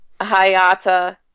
Hayata